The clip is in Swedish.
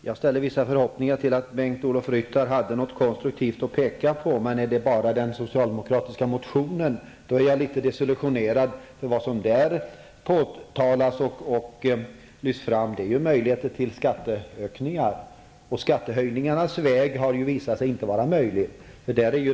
Jag hyste vissa förhoppningar om att Bengt-Ola Ryttar skulle ha något konstruktivt att komma med, men när det bara var den socialdemokratiska motionen blir jag desillusionerad. Vad som där lyfts fram är ju bara möjligheter till skatteökningar. Skattehöjningarnas väg har visat sig inte vara möjlig.